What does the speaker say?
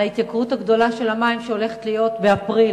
כתבה על ההתייקרות הגדולה של המים שהולכת להיות באפריל.